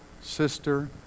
sister